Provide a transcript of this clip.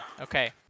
Okay